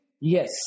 Yes